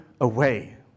away